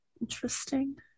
Interesting